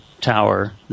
tower